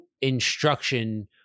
instruction